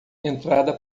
entrada